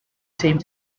same